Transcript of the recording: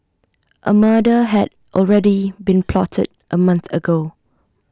A murder had already been plotted A month ago